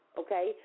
okay